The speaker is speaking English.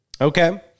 Okay